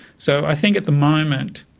so i think at the moment,